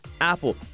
apple